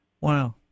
Wow